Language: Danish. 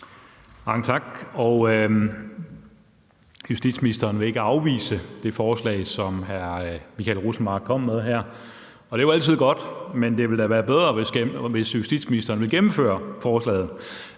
tak. Justitsministeren vil ikke afvise det forslag, som hr. Michael Rosenmark kommer med her. Det er jo altid godt, men det ville da være bedre, hvis justitsministeren ville gennemføre forslaget.